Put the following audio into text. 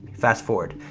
fast-forward,